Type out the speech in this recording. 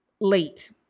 late